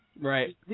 Right